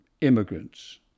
immigrants